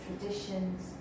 traditions